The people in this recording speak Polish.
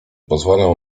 pozwolę